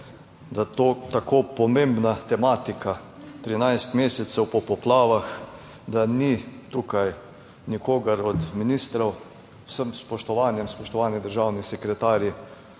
je to tako pomembna tematika 13 mesecev po poplavah, da ni tukaj nikogar od ministrov. Vsem spoštovanjem. Spoštovani državni sekretarji